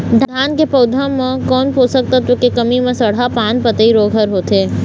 धान के पौधा मे कोन पोषक तत्व के कमी म सड़हा पान पतई रोग हर होथे?